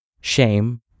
shame